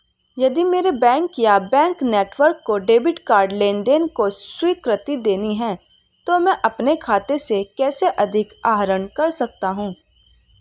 यदि मेरे बैंक या बैंक नेटवर्क को डेबिट कार्ड लेनदेन को स्वीकृति देनी है तो मैं अपने खाते से कैसे अधिक आहरण कर सकता हूँ?